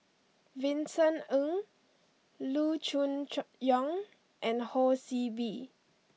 Vincent Ng Loo Choon Chang Yong and Ho See Beng